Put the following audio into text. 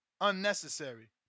unnecessary